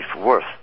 worth